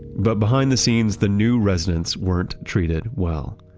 but behind the scenes, the new residents weren't treated well.